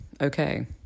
okay